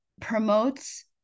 promotes